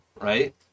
right